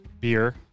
beer